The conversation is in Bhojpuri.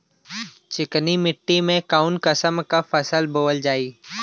चिकनी मिट्टी में कऊन कसमक फसल बोवल जाई?